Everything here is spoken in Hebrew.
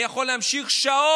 אני יכול להמשיך שעות,